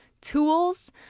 tools